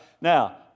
Now